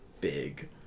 big